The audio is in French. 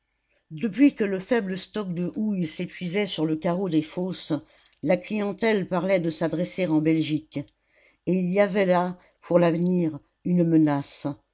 depuis que le faible stock de houille s'épuisait sur le carreau des fosses la clientèle parlait de s'adresser en belgique et il y avait là pour l'avenir une menace